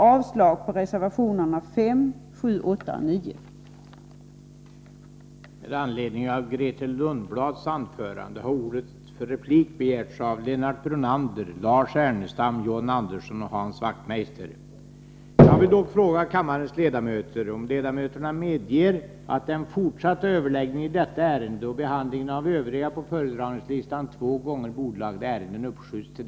Jag yrkar vidare avslag på reservationerna 5, 7, 8 och 9.